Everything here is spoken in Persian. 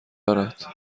دارد